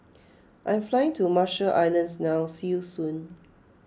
I am flying to Marshall Islands now see you soon